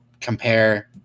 compare